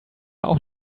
auch